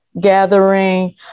gathering